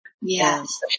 Yes